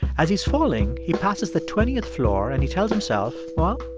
as he's falling, he passes the twentieth floor, and he tells himself, well,